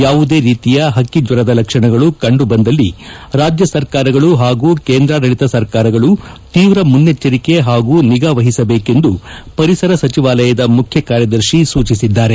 ಯಾವುದೇ ರೀತಿಯ ಹಕ್ಕಿಜ್ಚರದ ಲಕ್ಷಣಗಳು ಕಂಡು ಬಂದಲ್ಲಿ ರಾಜ್ಯ ಸರ್ಕಾರಗಳು ಹಾಗೂ ಕೇಂದ್ರಾಡಳಿತ ಸರ್ಕಾರಗಳು ತೀವ್ರ ಮುನ್ನೆಚ್ಚರಿಕೆ ಹಾಗೂ ನಿಗಾ ವಹಿಸಬೇಕೆಂದು ಪರಿಸರ ಸಚಿವಾಲಯದ ಮುಖ್ಯ ಕಾರ್ಯದರ್ಶಿ ಸೂಚಿಸಿದ್ದಾರೆ